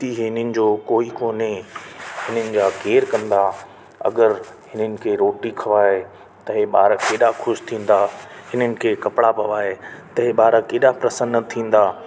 की हिननि जो कोई कोन्हे हिननि जा केरु कंदा अगरि हिननि खे रोटी खाराए त इहे ॿार केॾा ख़ुश थींदा हिननि खे कपिड़ा पाराए त इहे ॿार केॾा प्रसन्न थींदा